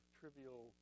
trivial